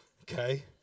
Okay